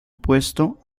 puesto